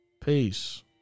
Peace